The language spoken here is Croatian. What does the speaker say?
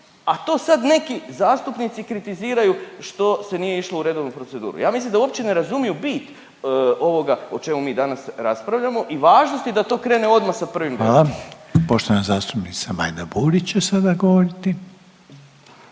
a to sad neki zastupnici kritiziraju što se nije išlo u redovnu proceduru. Ja mislim da uopće ne razumiju bit ovoga o čemu mi danas raspravljamo i važnosti da to krene odmah sa 1.10. **Reiner, Željko (HDZ)** Hvala. Poštovana zastupnica Majda Burić će sada govoriti.